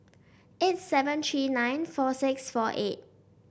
eight seven three nine four six four eight